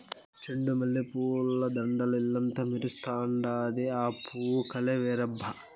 చెండు మల్లె పూల దండల్ల ఇల్లంతా మెరుస్తండాది, ఆ పూవు కలే వేరబ్బా